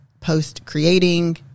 post-creating